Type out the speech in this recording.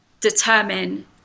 determine